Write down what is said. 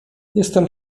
jestem